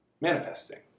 manifesting